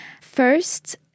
first